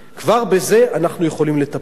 כבר בזה אנחנו יכולים לטפל.